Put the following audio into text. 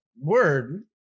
Word